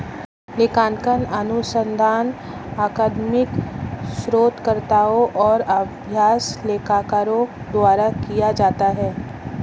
लेखांकन अनुसंधान अकादमिक शोधकर्ताओं और अभ्यास लेखाकारों द्वारा किया जाता है